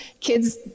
kids